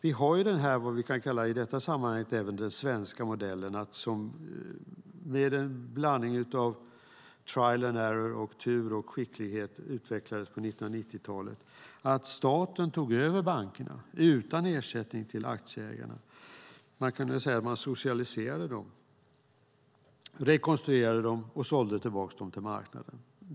Vi har ju vad vi i detta sammanhang kan kalla den svenska modellen, som med en blandning av trial and error och tur och skicklighet utvecklades på 1990-talet. Staten tog över bankerna utan ersättning till aktieägarna. Man kan väl säga att staten socialiserade dem, rekonstruerade dem och sålde tillbaka dem till marknaden.